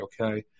okay